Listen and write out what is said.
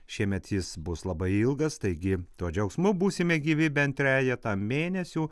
šiemet jis bus labai ilgas taigi tuo džiaugsmu būsime gyvi bent trejetą mėnesių